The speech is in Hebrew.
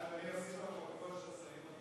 מנת להביא להנגשת השירותים והמקומות ששייכים למשרד